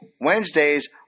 Wednesdays